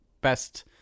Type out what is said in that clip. Best